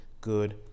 good